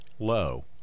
Low